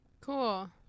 Cool